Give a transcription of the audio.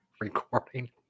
recording